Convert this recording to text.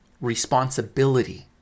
responsibility